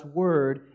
word